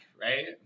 right